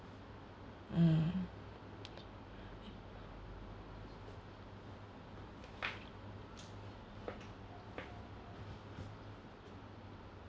mm